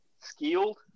skilled